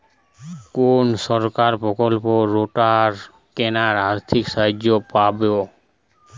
কোন সরকারী প্রকল্পে রোটার কেনার আর্থিক সাহায্য পাব?